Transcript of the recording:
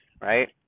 right